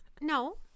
No